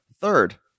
third